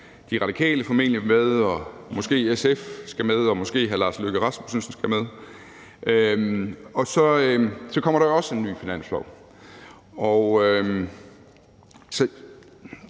De Radikale formentlig med, og måske skal SF med, og måske skal hr. Lars Løkke Rasmussen med. Og så kommer der også en ny finanslov.